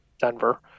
Denver